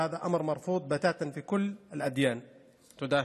זה דבר שלא מקובל בכלל, בשום דת.) תודה.